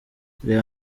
reba